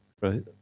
Right